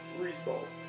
results